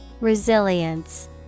Resilience